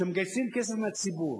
שמגייסים כסף מהציבור,